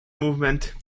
movement